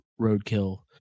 roadkill